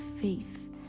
faith